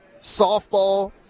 Softball